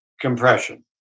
compression